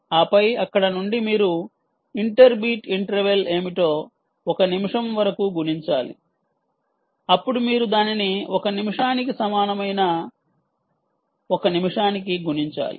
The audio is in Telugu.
ఆపై అక్కడ నుండి మీరు ఇంటర్ బీట్ ఇంటర్వెల్ ఏమిటో 1 నిమిషం వరకు గుణించాలి అప్పుడు మీరు దానిని 1 నిమిషానికి సమానమైన 1 నిమిషానికి గుణించాలి